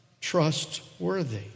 trustworthy